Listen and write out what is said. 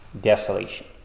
desolation